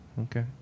Okay